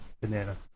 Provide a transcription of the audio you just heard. banana